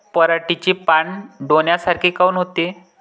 पराटीचे पानं डोन्यासारखे काऊन होते?